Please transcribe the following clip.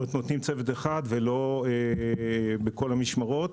נותנים צוות אחד ולא בכל המשמרות.